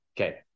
Okay